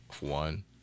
One